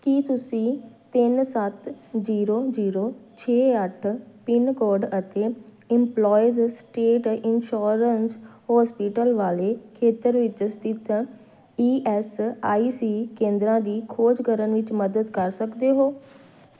ਕੀ ਤੁਸੀਂ ਤਿੰਨ ਸੱਤ ਜ਼ੀਰੋ ਜ਼ੀਰੋ ਛੇ ਅੱਠ ਪਿੰਨ ਕੋਡ ਅਤੇ ਇੰਪਲੋਇਸ ਸਟੇਟ ਇੰਸ਼ੋਰੰਸ਼ ਹੋਸਪਿਟਲ ਵਾਲੇ ਖੇਤਰ ਵਿੱਚ ਸਥਿਤ ਈ ਐਸ ਆਈ ਸੀ ਕੇਂਦਰਾਂ ਦੀ ਖੋਜ ਕਰਨ ਵਿੱਚ ਮਦਦ ਕਰ ਸਕਦੇ ਹੋ